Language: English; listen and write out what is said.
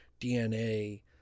DNA